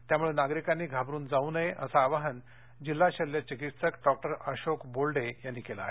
त्यामुळे नागरिकांनी घाबरून जाऊ नये असं आवाहन जिल्हा शल्य चिकित्सक डॉक्टर अशोक बोल्डे यांनी केलं आहे